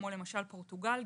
כמו פורטוגל,